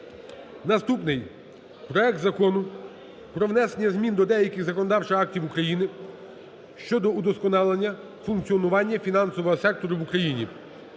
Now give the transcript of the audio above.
Наступний. Проект Закону про внесення змін до деяких законодавчих актів України щодо удосконалення функціонування фінансового сектору в Україні